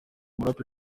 muraperi